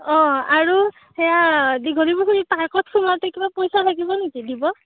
অঁ আৰু সেইয়া দীঘলীপুখুৰীৰ পাৰ্কত সোমাওঁতে কিবা পইচা লাগিব নেকি দিব